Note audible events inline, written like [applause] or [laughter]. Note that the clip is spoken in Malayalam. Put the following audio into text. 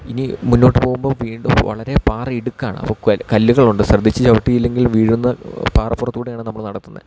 ഇനി മുന്നോട്ട് പോകുമ്പോൾ വീണ്ടും വളരെ പാറയിടുക്കാണ് [unintelligible] കല്ലുകളുണ്ട് ശ്രദ്ധിച്ച് ചവിട്ടിയില്ലെങ്കിൽ വീഴുന്ന പാറപ്പുറത്തൂടെയാണ് നമ്മൾ നടത്തുന്നത്